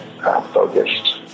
focused